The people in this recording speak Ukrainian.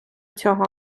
цього